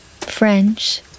French